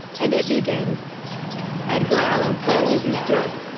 and it begins edgar allan poe is is dead.